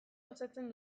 osatzen